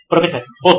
professor ఓహ్